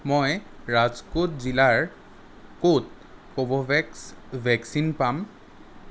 মই ৰাজকোট জিলাৰ ক'ত কোভোভেক্স ভেকচিন পাম